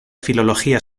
filología